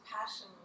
passion